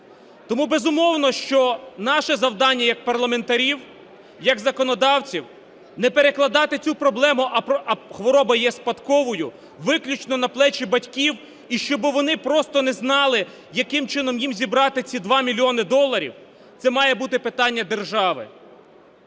Тому, безумовно, що наше завдання як парламентарів, як законодавців – не перекладати цю проблему, хвороба є спадковою, виключно на плечі батьків, і щоб вони просто не знали, яким чином їм зібрати ці 2 мільйони доларів. Це має бути питання держави.